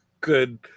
good